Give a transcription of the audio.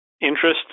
interest